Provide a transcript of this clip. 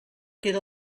queda